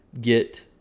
get